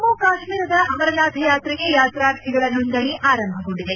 ಜಮ್ಮು ಕಾಶ್ಮೀರದ ಅಮರನಾಥ ಯಾತ್ರೆಗೆ ಯಾತ್ರಾರ್ಥಿಗಳ ನೋಂದಣಿ ಆರಂಭಗೊಂಡಿದೆ